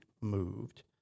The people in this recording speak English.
moved